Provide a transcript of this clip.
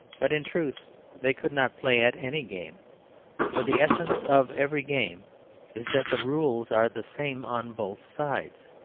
but in truth they could not play at any game for the essence of every game is that the rules are the same on both sides.